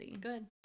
Good